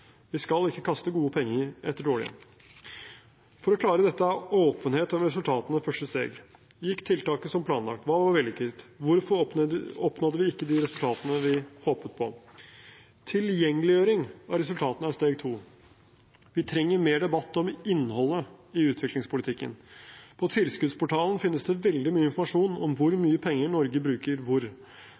Vi skal ikke kaste gode penger etter dårlige. For å klare dette er åpenhet om resultatene første steg. Gikk tiltaket som planlagt? Hva var vellykket? Hvorfor oppnådde vi ikke de resultatene vi håpet på? Tilgjengeliggjøring av resultatene er steg to. Vi trenger mer debatt om innholdet i utviklingspolitikken. På tilskuddsportalen finnes det veldig mye informasjon om hvor mye penger Norge bruker hvor.